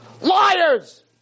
Liars